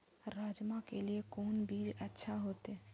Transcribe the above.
राजमा के लिए कोन बीज अच्छा होते?